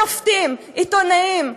שופטים, עיתונאים,